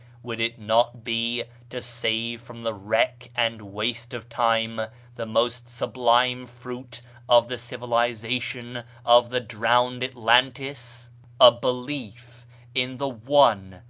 would it not be to save from the wreck and waste of time the most sublime fruit of the civilization of the drowned atlantis a belief in the one,